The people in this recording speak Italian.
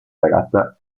ragazza